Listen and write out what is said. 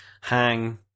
hang